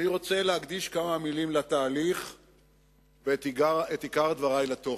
אני רוצה להקדיש כמה מלים לתהליך ואת עיקר דברי לתוכן.